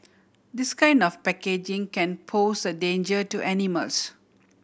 this kind of packaging can pose a danger to animals